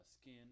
skin